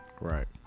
right